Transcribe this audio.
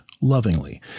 lovingly